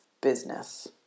business